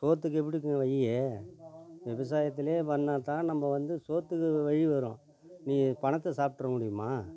சோற்றுக்கு எப்படி இருக்குங்க வழி விவசாயத்துலேயே பண்ணால்தான் நம்ம வந்து சோற்றுக்கு வழி வரும் நீயி பணத்தை சாப்பிட்ற முடியுமா